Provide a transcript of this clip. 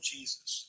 Jesus